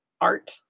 art